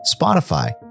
Spotify